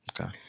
Okay